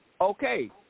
Okay